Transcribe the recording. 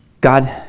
God